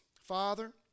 Father